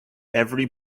every